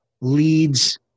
leads